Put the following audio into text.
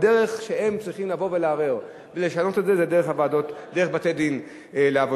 הדרך שבה הם צריכים לערער ולשנות את זה היא דרך בתי-דין לעבודה.